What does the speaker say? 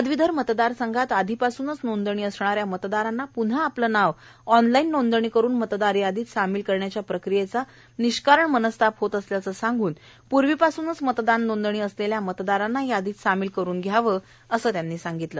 पदवीधर मतदार संघात आधीपासूनच नोंदणी असणाऱ्या मतदारांना पून्हा आपले नाव ऑनलाईन नोंदणी करून मतदार यादीत सामील करण्याच्या प्रक्रियेचा निष्कारण मनस्ताप होत आहे असे सांगून पूर्वीपासूनच मतदान नोंदणी असलेल्या मतदारांना यादीत सामील करून घ्यावे असे त्यांनी सांगितले